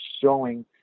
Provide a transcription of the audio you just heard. showing